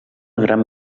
gran